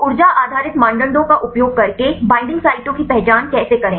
तो ऊर्जा आधारित मानदंडों का उपयोग करके बईंडिंग साइटों की पहचान कैसे करें